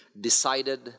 decided